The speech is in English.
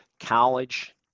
college